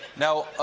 now,